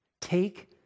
Take